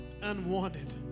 Unwanted